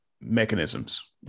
mechanisms